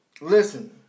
listen